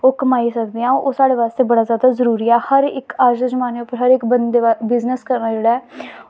ओह् कमाई सकदे आं ओह् साढ़े बास्तै बड़ा जादा जरूरी ऐ हर इक अज्ज दे जमान्ने उप्पर हर इक बंदे दा बिज़नस करना जेह्ड़ा ऐ